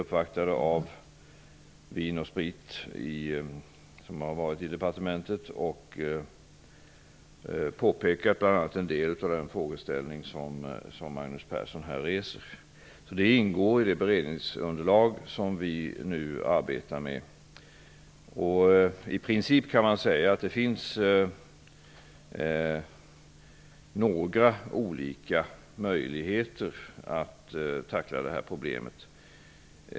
Departementet har nyligen uppvaktats av Vin & Sprit. Man tog då bl.a. upp en del av de frågor som Magnus Persson här reser. Detta ingår alltså i det beredningsunderlag som vi nu arbetar med. I princip finns det några olika möjligheter att tackla problemet.